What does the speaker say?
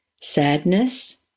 sadness